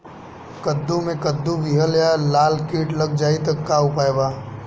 कद्दू मे कद्दू विहल या लाल कीट लग जाइ त का उपाय बा?